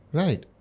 right